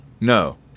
No